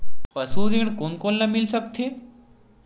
पशु ऋण कोन कोन ल मिल सकथे?